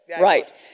Right